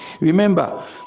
remember